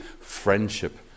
friendship